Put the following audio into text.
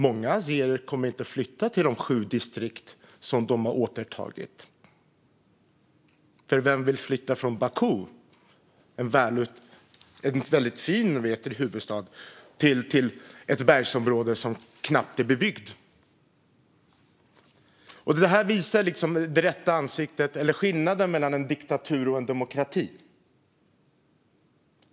Många azerer kommer ju inte att flytta till de sju distrikt som de har återtagit, för vem vill flytta från Baku, en väldigt fin huvudstad, till ett bergsområde som knappt är bebyggt? Det här visar skillnaden mellan en diktatur och en demokrati.